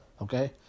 Okay